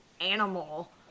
animal